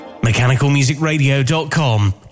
Mechanicalmusicradio.com